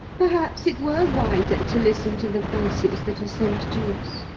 perhaps it were wiser to listen to the voices that are sent to us.